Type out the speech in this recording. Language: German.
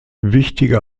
wichtige